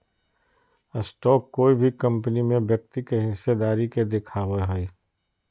stock कोय भी company में व्यक्ति के हिस्सेदारी के दिखावय हइ